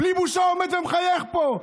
בלי בושה הוא עומד ומחייך פה.